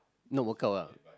not World Cup ah